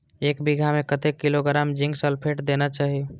एक बिघा में कतेक किलोग्राम जिंक सल्फेट देना चाही?